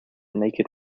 naked